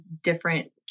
different